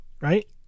right